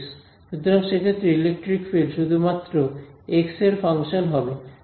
সুতরাং সে ক্ষেত্রে ইলেকট্রিক ফিল্ড শুধুমাত্র এক্স এর ফাংশান হবে